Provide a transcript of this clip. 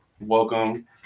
Welcome